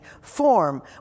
form